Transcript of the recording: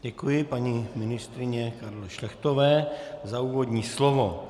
Děkuji paní ministryni Karle Šlechtové za úvodní slovo.